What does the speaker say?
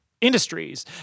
industries